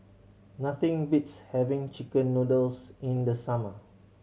nothing beats having chicken noodles in the summer